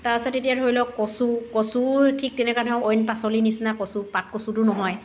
তাৰপিছত এতিয়া ধৰি লওক কচু কচুও ঠিক তেনেকুৱা ধৰণৰ অইন পাচলি নিচিনা কচু পাতকচুটো নহয়